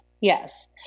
Yes